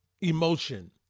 emotion